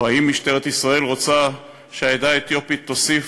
האם משטרת ישראל רוצה שהעדה האתיופית תוסיף,